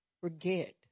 forget